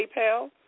PayPal